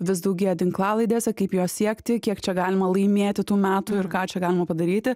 vis daugėja tinklalaidėse kaip jo siekti kiek čia galima laimėti tų metų ir ką čia galima padaryti